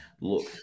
look